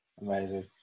Amazing